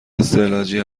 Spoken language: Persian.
استعلاجی